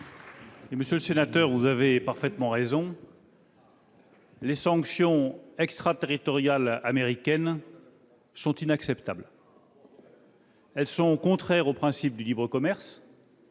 Monsieur le sénateur, vous avez parfaitement raison : les sanctions extraterritoriales américaines sont inacceptables. Elles sont contraires au principe de liberté du commerce,